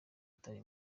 batari